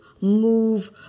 move